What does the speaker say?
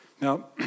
Now